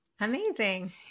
Amazing